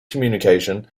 communication